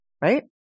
Right